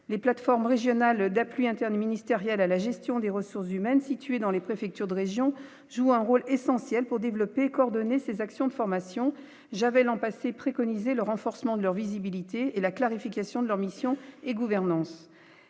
les plateformes régionales d'appeler interministériel à la gestion des ressources humaines, situées dans les préfectures de région joue un rôle essentiel pour développer et coordonner ces actions de formation, j'avais l'an passé, préconiser le renforcement de leur visibilité et la clarification de leur mission et gouvernance